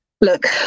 look